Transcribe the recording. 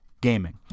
gaming